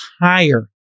higher